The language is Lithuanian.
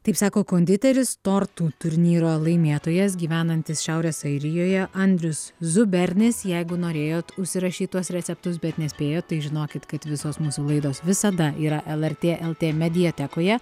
taip sako konditeris tortų turnyro laimėtojas gyvenantis šiaurės airijoje andrius zubernis jeigu norėjot užsirašyt tuos receptus bet nespėjot tai žinokit kad visos mūsų laidos visada yra lrt lt mediatekoje